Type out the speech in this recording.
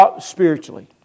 Spiritually